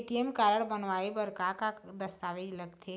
ATM card बनवाए बर का का दस्तावेज लगथे?